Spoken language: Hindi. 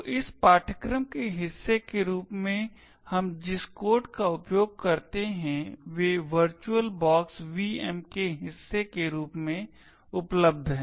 तो इस पाठ्यक्रम के हिस्से के रूप में हम जिस कोड का उपयोग करते हैं वे वर्चुअल बॉक्स VM के हिस्से के रूप में उपलब्ध हैं